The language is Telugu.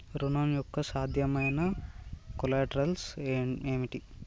ఋణం యొక్క సాధ్యమైన కొలేటరల్స్ ఏమిటి?